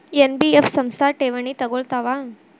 NBF ಸಂಸ್ಥಾ ಠೇವಣಿ ತಗೋಳ್ತಾವಾ?